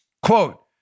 Quote